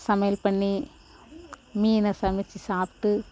சமையல் பண்ணி மீன சமைச்சு சாப்பிட்டு